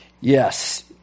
Yes